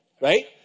Right